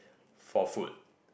for food